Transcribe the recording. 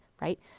Right